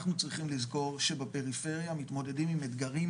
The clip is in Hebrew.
אנחנו צריכים לזכור שבפריפריה מתמודדים עם אתגרים